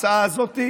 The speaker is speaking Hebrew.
ההצעה הזאת,